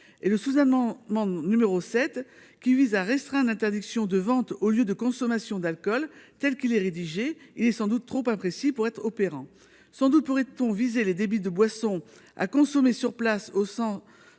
au sous-amendement n° 7, il vise à restreindre l'interdiction de vente aux lieux de consommation d'alcool. Tel qu'il est rédigé, il est sans doute trop imprécis pour être opérant. Sans doute pourrait-on viser les débits de boissons à consommer sur place au sens